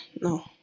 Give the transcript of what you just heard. no